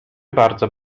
bardzo